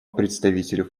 представителю